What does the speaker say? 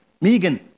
Megan